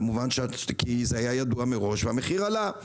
כמובן שזה היה ידוע מראש והמחיר עלה.